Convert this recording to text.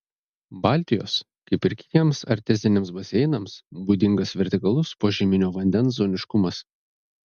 baltijos kaip ir kitiems arteziniams baseinams būdingas vertikalus požeminio vandens zoniškumas